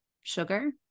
sugar